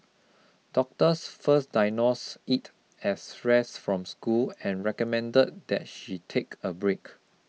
doctors first diagnosed it as stress from school and recommended that she take a break